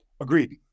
Agreed